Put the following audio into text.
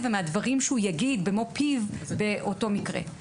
ומהדברים שהוא יגיד במו פיו באותו מקרה.